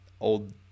old